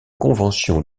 convention